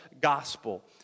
gospel